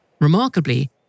Remarkably